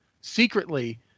secretly